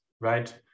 right